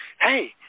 Hey